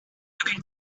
looking